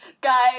Guys